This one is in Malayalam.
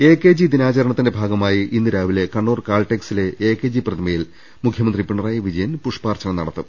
എകെജി ദിനാചരണത്തിന്റെ ഭാഗമായി ഇന്ന് രാവിലെ കണ്ണൂർ കാൽടെക്സിലെ എകെജി പ്രതിമയിൽ മുഖ്യമന്ത്രി പിണറായി വിജ യൻ പൂഷ്പാർച്ചന നടത്തും